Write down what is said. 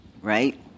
Right